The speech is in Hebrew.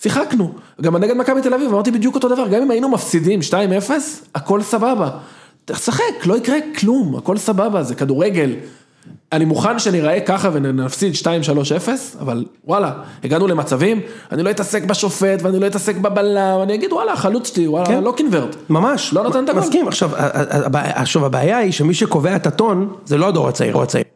שיחקנו, גם בנגד מכבי תל אביב, אמרתי בדיוק אותו דבר, גם אם היינו מפסידים 2-0, הכל סבבה. תשחק, לא יקרה כלום, הכל סבבה, זה כדורגל. אני מוכן שאני אראה ככה ונפסיד 2/3 - 0, אבל וואלה, הגענו למצבים, אני לא אתעסק בשופט ואני לא אתעסק בבלם, ואני אגיד וואלה, חלוצתי, וואלה, לא קינברד. ממש, לא נותנת הכל. מסכים, עכשיו, עכשיו הבעיה היא שמי שקובע את הטון, זה לא דור הצעיר או הצעיר.